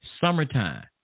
Summertime